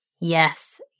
yes